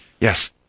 Yes